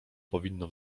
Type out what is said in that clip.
powinno